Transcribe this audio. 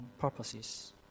purposes